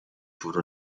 فرو